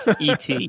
ET